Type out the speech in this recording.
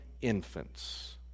infants